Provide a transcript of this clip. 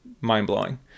mind-blowing